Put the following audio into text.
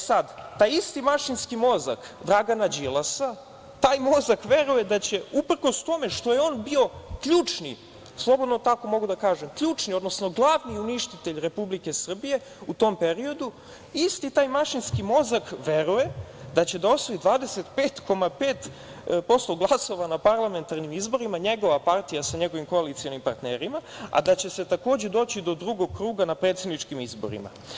Sad, taj isti mašinski mozak Dragana Đilasa, taj mozak veruje da će uprkos tome što je ono bio ključni, slobodno tako mogu da kažem, ključni, odnosno glavni uništitelj Republike Srbije u tom periodu, isti taj mašinski mozak veruje da će da osvoji 25,5% glasova na parlamentarnim izborima njegova partija sa njegovim koalicionim partnerima, a da će se takođe doći do drugog kruga na predsedničkim izborima.